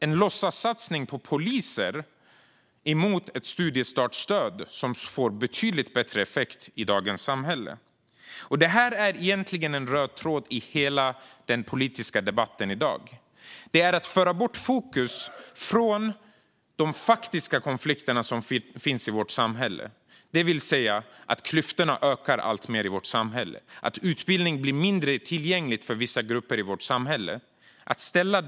En låtsatssatsning på poliser ställs mot ett studiestartsstöd som får betydligt bättre effekt i dagens samhälle. Detta är egentligen en röd tråd i hela den politiska debatten i dag. Det handlar om att ta fokus från de faktiska konflikter som finns i vårt samhälle, det vill säga att klyftorna ökar alltmer och att utbildning blir mindre tillgänglig för vissa grupper i samhället.